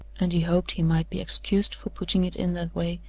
and he hoped he might be excused for putting it in that way,